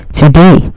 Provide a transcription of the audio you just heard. today